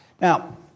Now